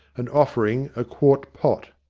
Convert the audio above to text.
and offering a quart pot.